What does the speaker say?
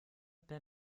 per